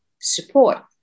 support